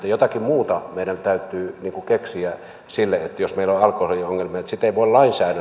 jotakin muuta meidän täytyy keksiä siihen jos meillä on alkoholiongelmia